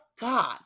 God